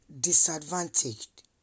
disadvantaged